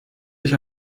euch